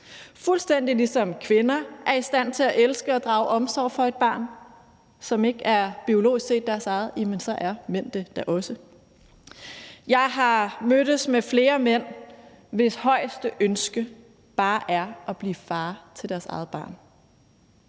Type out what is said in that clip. Fuldstændig ligesom kvinder er i stand til at elske og drage omsorg for et barn, som ikke biologisk set er deres eget, er mænd det da også. Jeg har mødtes med flere mænd, hvis højeste ønske bare er at blive far til deres eget barn,